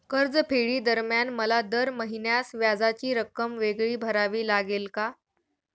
कर्जफेडीदरम्यान मला दर महिन्यास व्याजाची रक्कम वेगळी भरावी लागेल का?